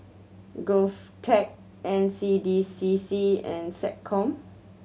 GovTech N C D C C and SecCom